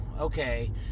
okay